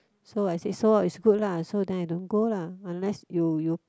so I said sold out is good lah so then I don't go lah unless you you